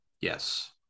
Yes